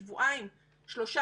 שבועיים-שלושה,